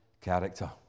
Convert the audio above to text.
character